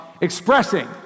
Expressing